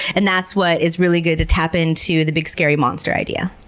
and that's what is really good to tap into the big scary monster idea.